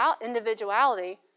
individuality